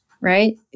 right